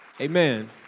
amen